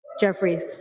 Jeffries